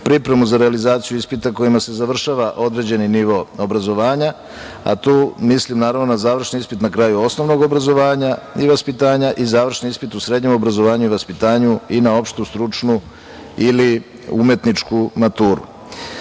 pripremu za realizaciju ispita kojima se završava određeni nivo obrazovanja, a tu mislim naravno na završni ispit na kraju osnovnog obrazovanja i vaspitanja i završni ispit u srednjem obrazovanju i vaspitanju i na opštu, stručnu ili umetničku